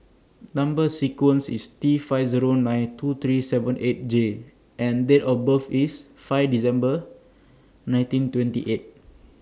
Number sequence IS T five Zero nine two three seven eight J and Date of birth IS five December nineteen twenty eight